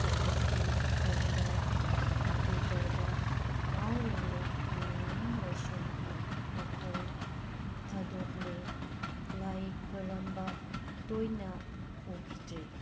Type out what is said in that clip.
ꯍꯧꯖꯤꯛꯇꯤ ꯐꯣꯟꯗ ꯀꯝꯄꯤꯎꯇꯔꯗ ꯉꯥꯎꯔꯤꯉꯩ ꯂꯥꯏꯅꯤꯡ ꯂꯥꯏꯁꯣꯟꯒꯤ ꯋꯥꯈꯜ ꯊꯥꯗꯣꯛꯂꯦ ꯂꯥꯏ ꯈꯨꯔꯨꯝꯕ ꯇꯣꯏꯅ ꯎꯈꯤꯗ꯭ꯔꯦ